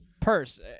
purse